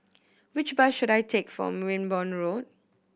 which bus should I take for Wimborne Road